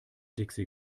dixi